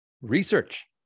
research